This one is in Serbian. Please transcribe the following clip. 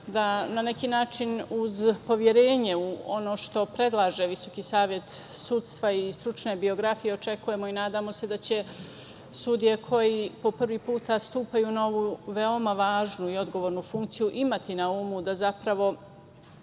da na neki način uz poverenje, uz ono što predlaže VSS i stručne biografije, očekujemo i nadamo se da će sudije koje po prvi put stupaju na ovu veoma važnu i odgovornu funkciju, imati na umu da zapravo